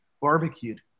barbecued